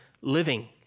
living